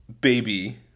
baby